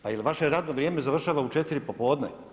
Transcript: Pa jel' vaše radno vrijeme završava u 4 popodne?